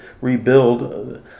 rebuild